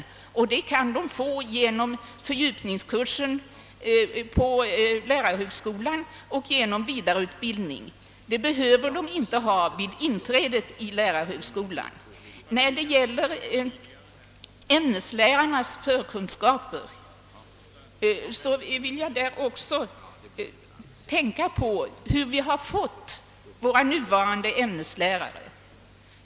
Dessa ökade kunskaper kan de erhålla genom att delta i fördjupningskurser på lärarhögskolan och genom vidareutbildning, men de behöver inte ha dem vid inträdet i lärarhögskolan. När det gäller ämneslärarnas förkunskaper vill jag framhålla att vi också bör tänka på hur vi har fått våra nuvarande ämneslärare.